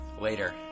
Later